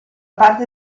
parte